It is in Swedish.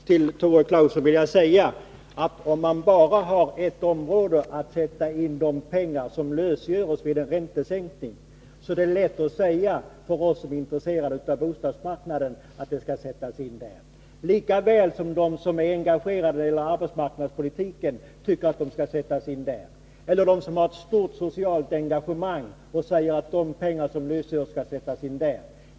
Herr talman! Till Tore Claeson vill jag säga, att om man bara har ett område att sätta in de pengar som lösgörs vid en räntesänkning, är det lätt för dem som är intresserade av bostadsmarknaden att säga att dessa pengar skall sättas in där. Likväl tycker de som är engagerade i arbetsmarknadspolitiken att de skall sättas in där. De som har ett stort socialt engagemang kan tycka att de pengar som lösgörs skall sättas in där.